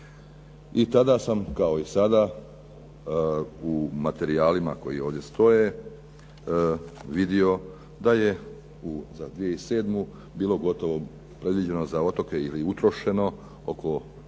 i tada sam kao i sada u materijalima koji ovdje stoje vidio da je za 2007. bilo gotovo predviđeno za otoke ili utrošeno oko 2